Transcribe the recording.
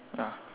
ya